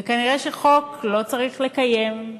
ונראה שחוק לא צריך לקיים,